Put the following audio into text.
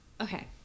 Okay